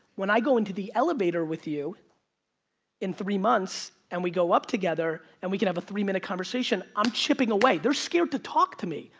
when i go into the elevator with you in three months and we go up together and we can have a three minute conversation, i'm chipping away. they're scared to talk to me.